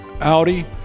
Audi